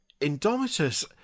Indomitus